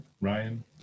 Ryan